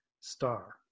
star